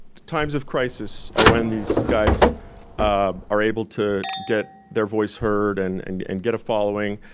times of crisis are when these guys um are able to get their voice heard, and and and get a following.